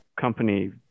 company